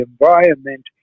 environment